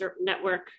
network